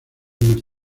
más